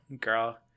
girl